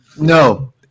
no